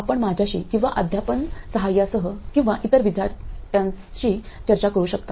आपण माझ्याशी किंवा अध्यापन सहाय्यासह किंवा इतर विद्यार्थ्यांशी चर्चा करू शकता